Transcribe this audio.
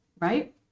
right